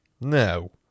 No